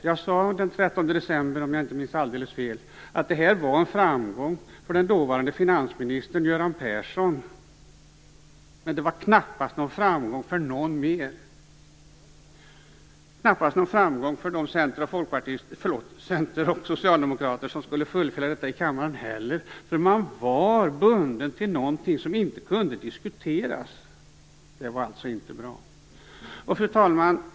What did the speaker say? Jag sade den 13 december, om jag inte minns alldeles fel, att det här var en framgång för den dåvarande finansministern Göran Persson, men det var knappast någon framgång för någon mer. Det var knappast heller någon framgång för de centerpartister och socialdemokrater som skulle fullfölja detta i kammaren, eftersom de var bundna till något som inte kunde diskuteras. Det var alltså inte bra. Fru talman!